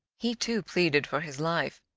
he too pleaded for his life,